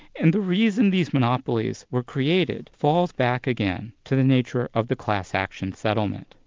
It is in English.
and the reason these monopolies were created falls back again to the nature of the class action settlement,